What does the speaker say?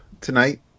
tonight